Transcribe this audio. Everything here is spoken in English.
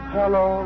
Hello